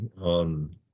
on